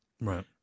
right